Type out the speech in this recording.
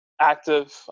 active